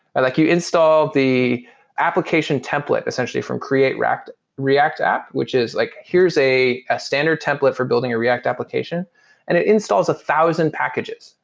like you install the application template essentially from create react react app, which is like here's a a standard template for building your react application and it installs a thousand packages.